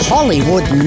Hollywood